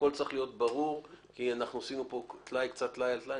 הכול צריך להיות ברור כי אנחנו עשינו כאן טלאי על טלאי